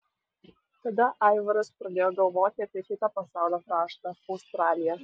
tada aivaras pradėjo galvoti apie kitą pasaulio kraštą australiją